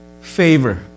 favor